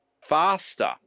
faster